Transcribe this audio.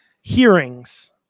hearings